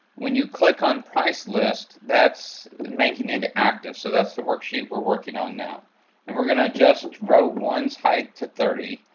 when you click on price list, that's making it active, so that's worksheet we're working on now. and we're going to adjust row one's height to thirty,